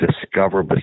discover